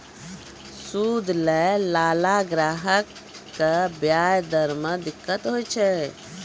सूद लैय लाला ग्राहक क व्याज दर म दिक्कत होय छै